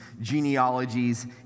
genealogies